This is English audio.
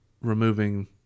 removing